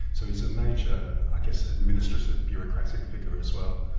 so he's a major, i guess, administrative, bureaucratic figure as well.